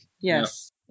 Yes